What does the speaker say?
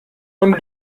von